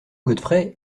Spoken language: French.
godfrey